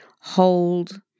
Hold